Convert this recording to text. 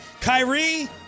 kyrie